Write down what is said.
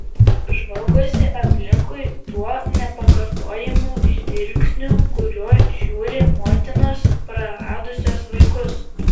žvalgosi aplinkui tuo nepakartojamu žvilgsniu kuriuo žiūri motinos praradusios vaikus